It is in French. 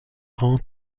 rend